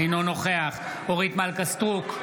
אינו נוכח אורית מלכה סטרוק,